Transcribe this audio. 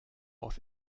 aus